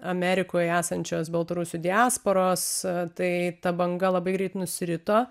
amerikoj esančios baltarusių diasporos tai ta banga labai greit nusirito